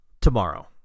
tomorrow